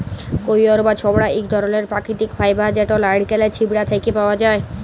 কইর বা ছবড়া ইক ধরলের পাকিতিক ফাইবার যেট লাইড়কেলের ছিবড়া থ্যাকে পাউয়া যায়